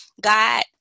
God